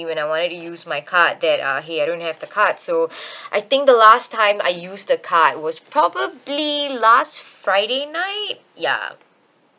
when I wanted to use my card that uh !hey! I don't have the card so I think the last time I used the card was probably last friday night ya